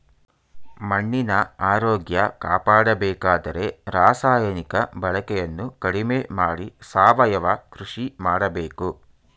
ಮಣ್ಣಿನ ಆರೋಗ್ಯ ಕಾಪಾಡಬೇಕಾದರೆ ರಾಸಾಯನಿಕ ಬಳಕೆಯನ್ನು ಕಡಿಮೆ ಮಾಡಿ ಸಾವಯವ ಕೃಷಿ ಮಾಡಬೇಕು